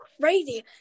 crazy